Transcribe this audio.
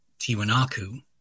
Tiwanaku